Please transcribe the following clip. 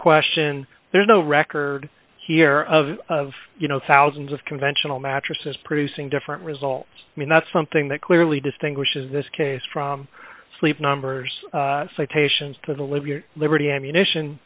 question there's no record here of you know thousands of conventional mattresses producing different results i mean that's something that clearly distinguishes this case from sleep numbers citations to the live your liberty ammunition